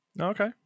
okay